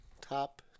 top